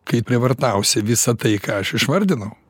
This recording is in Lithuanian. kai prievartausi visa tai ką aš išvardinau